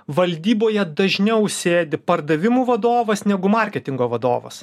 valdyboje dažniau sėdi pardavimų vadovas negu marketingo vadovas